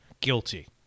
guilty